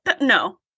No